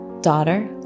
daughter